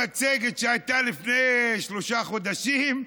לפני שלושה חודשים,